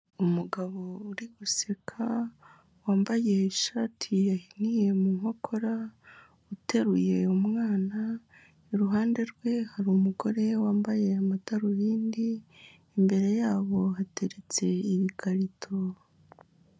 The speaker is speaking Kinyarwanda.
Umugabo uri guseka wambaye ishati yaiye mu nkokora uteruye umwana, iruhande rwe hari umugore wambaye amadarubindi imbere yabo hateretse ibikarito.